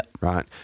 Right